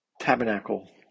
tabernacle